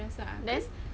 then